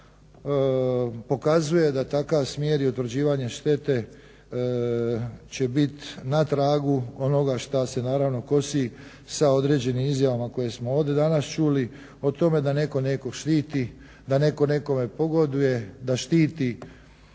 pokazuje da takav smjer i utvrđivanje štete će biti na tragu onoga što se naravno kosi sa određenim izjavama koje smo ovdje danas čuli o tome da netko nekog štiti, da netko nekome pogoduje, da štiti